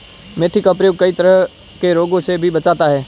मेथी का प्रयोग कई तरह के रोगों से भी बचाता है